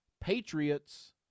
Patriots